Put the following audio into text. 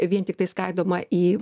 vien tiktai skaidoma į